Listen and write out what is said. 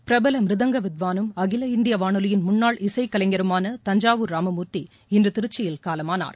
பிரபல மிருதங்க வித்வானும் அகில இந்திய வானொலியின் முன்னாள் இசைக் கலைஞருமான தஞ்சாவூர் ராமமூர்த்தி இன்று திருச்சியில் காலமானார்